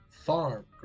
Farm